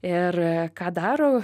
ir ką daro